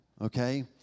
Okay